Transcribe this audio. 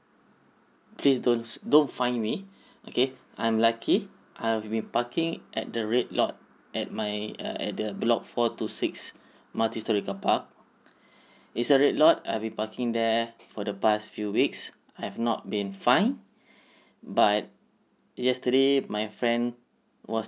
please don't don't fine me okay I'm lucky I've been parking at the red lot at my uh at the block four two six multistorey carpark it's a red lot I've been parking there for the past few weeks I've not been fined but yesterday my friend was